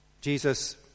Jesus